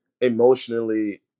emotionally